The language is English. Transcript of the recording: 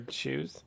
shoes